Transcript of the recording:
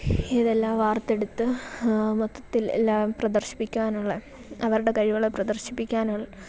ഇതെല്ലാം വാർത്തെടുത്ത് മൊത്തത്തിൽ എല്ലാം പ്രദർശിപ്പിക്കാനുള്ള അവരുടെ കഴിവുകളെ പ്രദർശിപ്പിക്കാനും